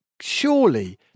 surely